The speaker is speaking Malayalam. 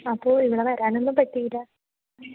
അപ്പോൾ ഇവിടെ വരാനൊന്നും പറ്റിയില്ല